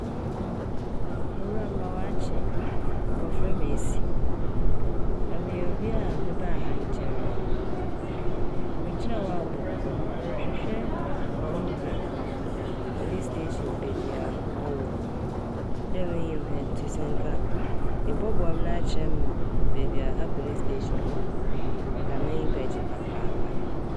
Owura mema wo akye, wɔfrɛ me Esi. Na meyɛ obi a mebaa ha nkyɛree, migyina wo a bɔkɔɔ. Merehwehwɛ kurom ha polistahyɛn beebi a ɔwɔ dɛ minnyim ha ntsi sɛ nka ɛbɔboa m' na akyerɛ m' beebi a ha polistahyɛn wɔ a nka m'enyi bɛgye papaapa.